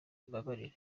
mumbabarire